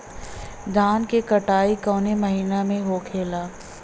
धान क कटाई कवने महीना में होखेला?